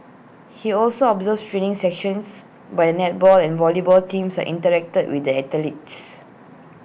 he also observed training sessions by the netball and volleyball teams and interacted with the athletes